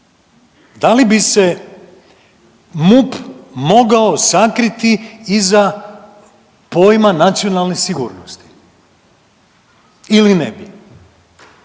Da li bi se MUP mogao sakriti iza pojma nacionalne sigurnosti ili ne bi?